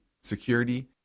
security